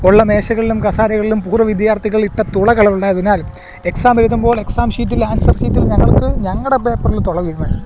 ഉള്ള മേശകളിലും കസേരകളിലും പൂർവ്വ വിദ്യാർഥികൾ ഇട്ട തുളകളുള്ളതിനാൽ എക്സാം എഴുതുമ്പോൾ എക്സാം ഷീറ്റിൽ ആൻസർ ഷീറ്റിൽ ഞങ്ങൾക്ക് ഞങ്ങളുടെ പേപ്പറിൽ തുള വീഴുമായിരുന്നു